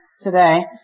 today